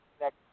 next